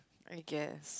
I guess